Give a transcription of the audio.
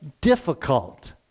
difficult